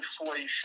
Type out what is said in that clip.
inflation